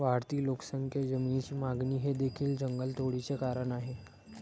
वाढती लोकसंख्या, जमिनीची मागणी हे देखील जंगलतोडीचे कारण आहे